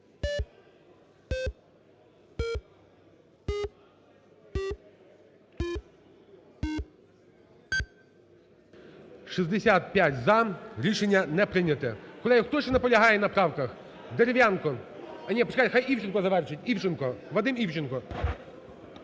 За-65 Рішення не прийнято. Колеги, хто ще наполягає на правках? Дерев'янко. Ні, почекай, хай Івченко завершить. Івченко, Вадим Івченко.